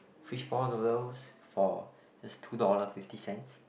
fishball noodles for just two dollars fifty cents